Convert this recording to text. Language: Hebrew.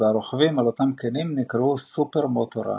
והרוכבים על אותם כלים נקראו "סופר מוטארד".